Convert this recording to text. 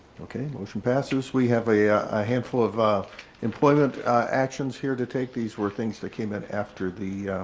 okay, motion passes. we have a handful of of employment actions here to take these were things that came in after, the